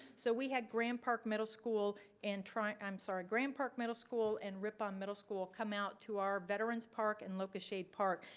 so we had grand park middle school and try i'm sorry, grand park middle school and rippon middle school come out to our veteran's park and locust shade park.